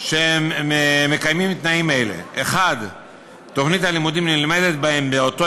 שהם מקיימים תנאים אלה: 1. תוכנית הלימודים נלמדת בהם באותו